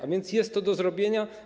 A więc jest to do zrobienia.